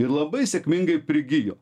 ir labai sėkmingai prigijo